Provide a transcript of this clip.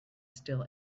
still